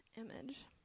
image